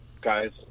guys